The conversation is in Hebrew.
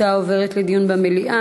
הנושא עובר לדיון במליאה.